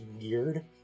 weird